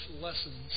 lessons